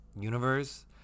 universe